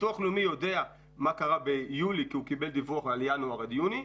ביטוח לאומי יודע מה קרה ביולי כי הוא קיבל דיווח מינואר עד יוני.